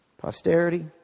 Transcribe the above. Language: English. posterity